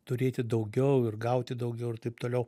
turėti daugiau ir gauti daugiau ir taip toliau